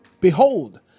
behold